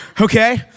okay